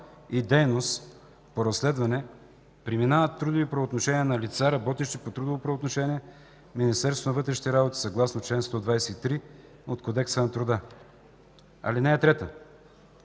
и дейност по разследване, преминават в трудови правоотношения на лица, работещи по трудово правоотношение в Министерството на вътрешните работи съгласно чл. 123 от Кодекса на труда. (3)